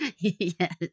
yes